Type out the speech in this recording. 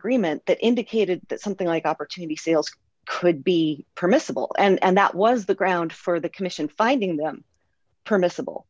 agreement that indicated that something like opportunity sales could be permissible and that was the ground for the commission finding them permissible